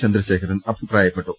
ചന്ദ്രശേഖരൻ അഭിപ്രായപ്പെട്ടു